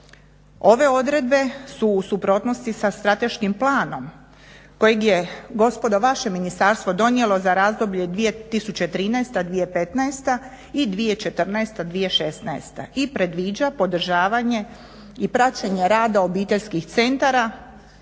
Ove odredbe su u suprotnosti sa strateškim planom kojeg je gospodo vaše ministarstvo donijelo za razdoblje 2013.-2015. i 2014.-2016. i predviđa podržavanje i praćenje rada obiteljskih centara,